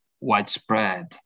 widespread